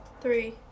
three